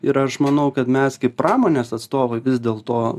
ir aš manau kad mes kaip pramonės atstovai vis dėlto